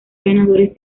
ganadores